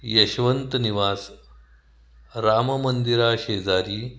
Yashwant Niwas Ram मंदिराशेजारी